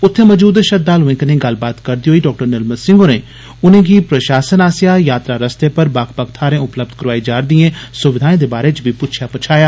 उत्थे मजूद श्रद्वालुए कन्नै गल्लबात करदे होई डॉ निर्मल सिंह होरें उनेंगी प्रशासन आस्सेआ यात्रा रस्ते पर बक्ख बक्ख थारे उपलब्ध कराई जा र दिए सुविघाए दे बारै च बी पुच्छेआ पछाया